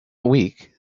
week